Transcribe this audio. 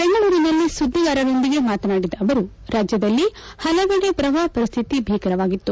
ಬೆಂಗಳೂರಿನಲ್ಲಿ ಸುದ್ವಿಗಾರರೊಂದಿಗೆ ಮಾತನಾಡಿದ ಅವರು ರಾಜ್ಯದಲ್ಲಿ ಹಲವೆಡೆ ಪ್ರವಾಹ ಪರಿಸ್ಟಿತಿ ಭೀಕರವಾಗಿತ್ತು